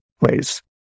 ways